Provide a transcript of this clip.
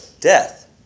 Death